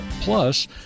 Plus